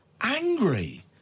angry